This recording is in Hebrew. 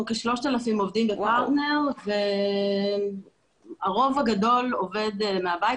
אנחנו כ-3,000 עובדים בפרטנר והרוב הגדול עובד מהבית,